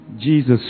Jesus